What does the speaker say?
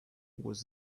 was